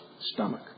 stomach